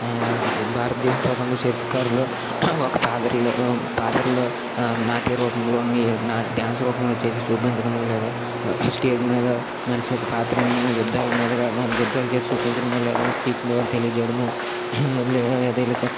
భారత దేశ స్వతంత్ర చరిత్రకారులు ఒక పాదరిలో పాదరిలో నాట్య రూపంలోనూ డ్యాన్స్ రూపంలో చేసి చూపించడం లేదా స్టేజి మీద మనిషి ఒక పాత్రను యుద్ధాల మీదగా యుద్ధాలు చేసి చూపించడం లేదా స్పీచ్ ద్వారా తెలియచేయడము లేదా